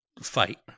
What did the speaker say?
fight